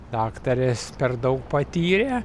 daktarės per daug patyrė